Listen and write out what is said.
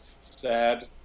sad